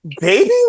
Baby